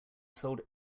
sold